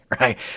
right